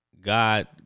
God